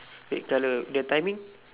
red colour the timing